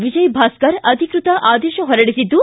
ವಿಜಯಭಾಸ್ತರ್ ಅಧಿಕೃತ ಆದೇಶ ಹೊರಡಿಸಿದ್ದು